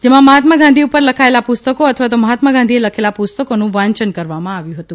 જેમાં મહાત્મા ગાંધી ઉપર લખાયેલા પુસ્તકો અથવા તો મહાત્મા ગાંધીએ લખેલા પુસ્તકોનું વાંચન કરવામાં આવ્યું હતું